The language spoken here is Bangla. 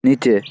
নিচে